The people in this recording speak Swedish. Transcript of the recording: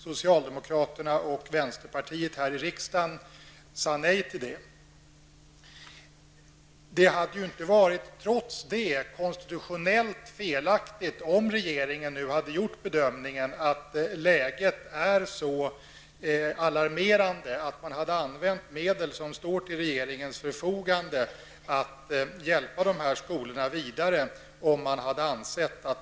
Socialdemokraterna och vänsterpartiet sade emellertid nej till det förslaget. Trots detta hade det inte varit konstitutionellt felaktigt om regeringen nu hade gjort den bedömningen att läget är mycket alarmerande och använt de medel som står till regeringens förfogande för att hjälpa dessa skolor att kunna arbeta vidare.